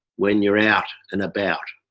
when you're out and about.